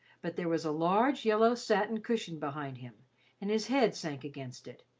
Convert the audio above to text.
but there was a large, yellow satin cushion behind him and his head sank against it,